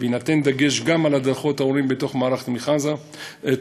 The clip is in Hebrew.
ויינתן דגש גם על הדרכות ההורים בתוך מערך תמיכה זה.